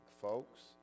folks